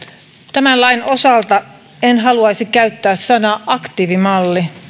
tämän lain osalta en haluaisi käyttää sanaa aktiivimalli